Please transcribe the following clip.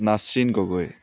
Nasrin Gogoi